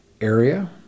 area